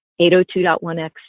802.1x